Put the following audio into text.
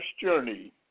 journey